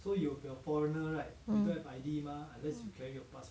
mm